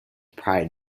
pride